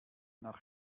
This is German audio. nach